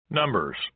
Numbers